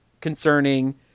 concerning